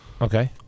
okay